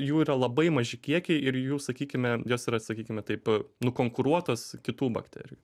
jų yra labai maži kiekiai ir jų sakykime jos yra sakykime taip nukonkuruotos kitų bakterijų